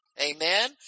Amen